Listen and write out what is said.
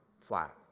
flat